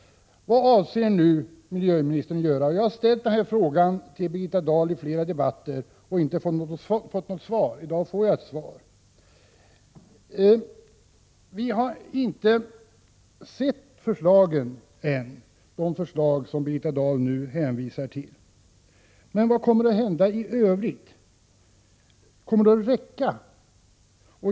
Vad avser nu miljöministern att göra? Jag har ställt den här frågan till Birgitta Dahl i flera debatter och inte fått något svar. I dag får jag ett svar. Vi har ännu inte sett de förslag.som Birgitta Dahl nu hänvisar till. Men vad kommer i övrigt att hända? Kommer det att räcka?